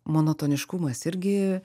monotoniškumas irgi